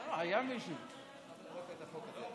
השרה יושבת כאן.